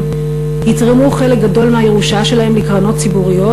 יתרמו חלק גדול מירושתם לקרנות ציבוריות,